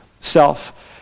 self